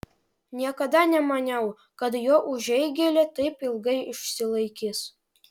niekada nemaniau kad jo užeigėlė taip ilgai išsilaikys